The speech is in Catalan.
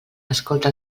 escolta